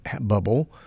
bubble